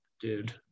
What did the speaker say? dude